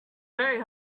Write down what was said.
very